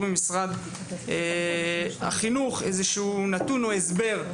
ממשרד החינוך איזשהו נתון או הסבר לנתון הזה.